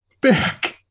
back